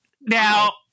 Now